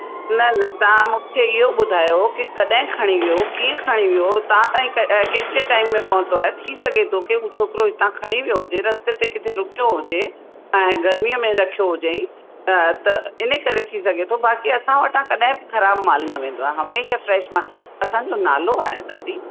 न न तव्हां मूंखे इयो ॿुधायो की कॾहिं खणी वियो कीअं खणी वियो तव्हां त ईअं केतिरे टाइम में पहुतो आहे थी सघे थो की हो छोकिरो हितां खणी वियो हुजे रस्ते ते किथे रुकियो हुजे तव्हां गर्मीअ में रखियो हुजे त त इन करे थी सघे थो बाक़ी असां वटा कॾहिं ख़राब माल न वेंदो आहे हमेशह फ्रेश मां असांजो नालो आहे दादी